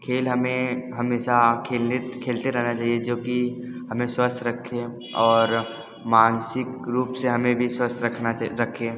खेल हमें हमेशा खेलते रहना चाहिए जो कि हमें स्वस्थ रखे और मानसिक रूप से हमें भी स्वस्थ रखना रखे